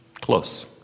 close